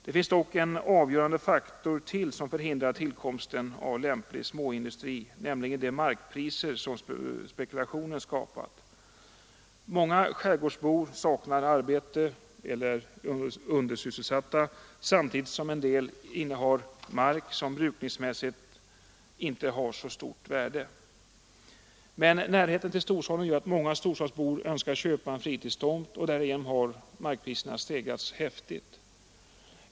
Det finns dock en avgörande faktor till som förhindrar tillkomsten av lämplig småindustri, nämligen de markpriser som spekulationen skapat. Många skärgårdsbor saknar arbete eller är undersysselsatta, samtidigt som en del innehar mark som brukningsmässigt inte äger så stort värde. Men närheten till storstaden gör att många storstadsbor önskar köpa en fritidstomt, och därigenom har markpriserna stegrats häftigt.